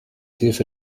hilfe